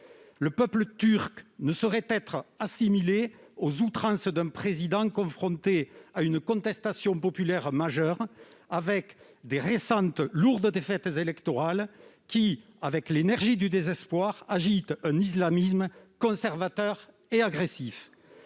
Le peuple turc ne saurait être assimilé aux outrances d'un président confronté à une contestation populaire majeure, les lourdes défaites électorales récentes agitant, avec l'énergie du désespoir, un islamisme conservateur et agressif.